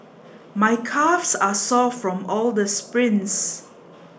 my calves are sore from all the sprints